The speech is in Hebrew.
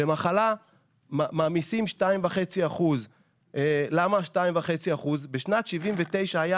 במחלה מעמיסים 2.5 אחוזים וזאת כי בשנת 1979 היה